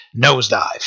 nosedive